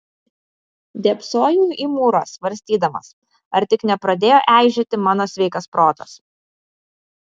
dėbsojau į mūrą svarstydamas ar tik nepradėjo eižėti mano sveikas protas